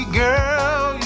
girl